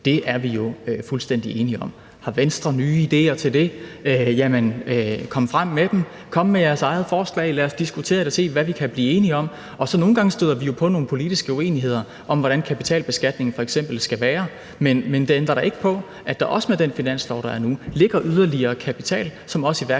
– er vi jo fuldstændig enige om. Har Venstre nye idéer til det, så kom frem med dem – kom med jeres eget forslag og lad os diskutere det og se, hvad vi kan blive enige om. Og nogle gange støder vi jo på nogle politiske uenigheder om, hvordan f.eks. kapitalbeskatningen skal være, men det ændrer da ikke på, at der også med den finanslov, der er nu, ligger yderligere kapital, som også